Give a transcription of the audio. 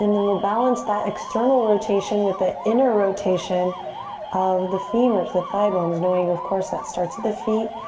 and then we'll balance that external rotation with the inner rotation of the femurs, the thigh bones, knowing of course, that starts at the feet,